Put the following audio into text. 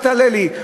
אל תעלה לי.